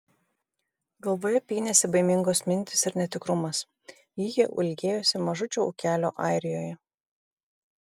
galvoje pynėsi baimingos mintys ir netikrumas ji jau ilgėjosi mažučio ūkelio airijoje